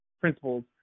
principles